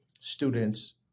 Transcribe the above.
students